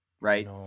right